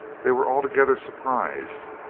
they were altogether surprised.